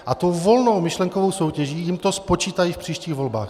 A tou volnou myšlenkovou soutěží jim to spočítají v příštích volbách.